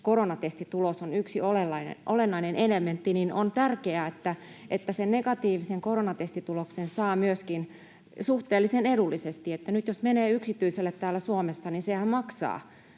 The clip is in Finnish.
koronatestitulos on yksi olennainen elementti, niin on tärkeää, että sen negatiivisen koronatestituloksen saa suhteellisen edullisesti. Nyt jos menee yksityiselle täällä Suomessa, niin sehän maksaa